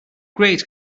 great